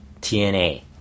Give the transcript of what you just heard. TNA